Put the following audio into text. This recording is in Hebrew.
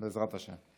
בעזרת השם.